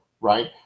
right